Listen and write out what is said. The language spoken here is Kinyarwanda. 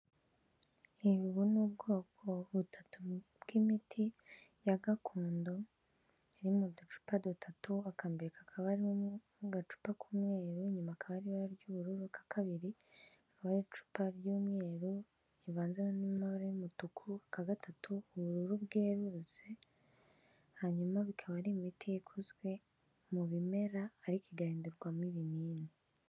Ubu ni ubwoko butatu bw'imiti ya gakondo iri mu ducupa dutatu akambere kakaba ari agacupa k'umweru inyuma hakaba hari ibara ry'ubururu, aka kabiri kakaba ari icupa ry'umweru rivanzemo n'amabara y'umutuku, aka gatatu ubururu bwerurutse, hanyuma bikaba ari imiti ikozwe mu bimera ariko igahindurwamo ibinini.